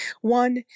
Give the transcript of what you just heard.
One